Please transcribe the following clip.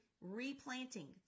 replanting